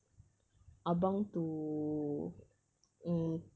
abang to mm